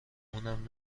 اونم